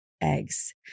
eggs